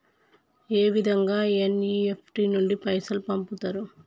ఏ విధంగా ఎన్.ఇ.ఎఫ్.టి నుండి పైసలు పంపుతరు?